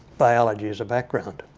biology as a background.